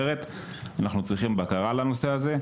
צריך בקרה לזה.